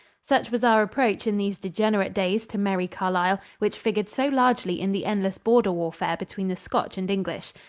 such was our approach in these degenerate days to merrie carlile, which figured so largely in the endless border warfare between the scotch and english.